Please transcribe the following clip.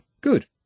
good